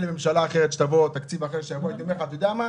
לממשלה אחרת ולתקציב אחר אז הייתי מבין.